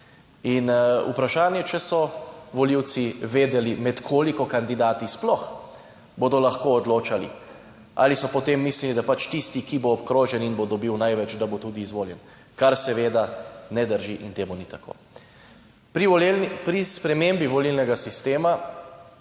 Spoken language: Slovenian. In vprašanje, če so volivci vedeli, med koliko kandidati sploh bodo lahko odločali. Ali so potem mislili, da pač tisti, ki bo obkrožen in bo dobil največ, da bo tudi izvoljen, kar seveda ne drži in temu ni tako. Pri spremembi volilnega sistema.